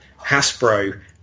Hasbro